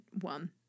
one